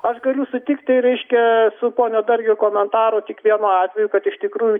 aš galiu sutikti reiškia su pono dargio komentaru tik vienu atveju kad iš tikrųjų